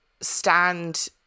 stand